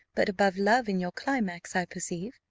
but above love, in your climax, i perceive,